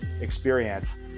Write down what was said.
experience